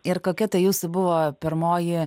ir kokia ta jūsų buvo pirmoji